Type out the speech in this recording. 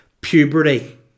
Puberty